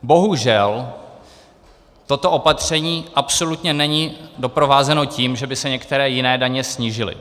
Bohužel, toto opatření absolutně není doprovázeno tím, že by se některé jiné daně snížily.